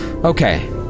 Okay